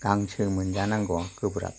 गांसो मोनजानांगौवा गोब्राब